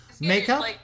Makeup